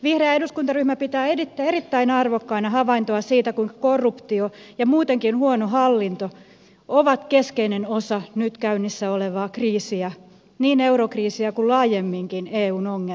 vihreä eduskuntaryhmä pitää erittäin arvokkaana havaintona sitä kuinka korruptio ja muutenkin huono hallinto ovat keskeinen osa nyt käynnissä olevaa kriisiä niin eurokriisiä kuin laajemminkin eun ongelmia